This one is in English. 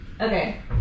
Okay